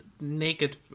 naked